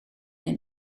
een